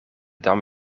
dam